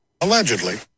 Allegedly